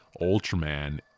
Ultraman